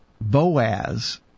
boaz